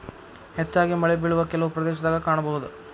ಹೆಚ್ಚಾಗಿ ಮಳೆಬಿಳುವ ಕೆಲವು ಪ್ರದೇಶದಾಗ ಕಾಣಬಹುದ